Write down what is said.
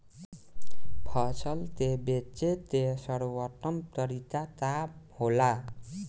फसल के बेचे के सर्वोत्तम तरीका का होला?